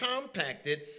compacted